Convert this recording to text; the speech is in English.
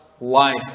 life